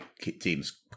teams